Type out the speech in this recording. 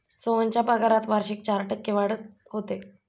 सोहनच्या पगारात वार्षिक चार टक्के वाढ होते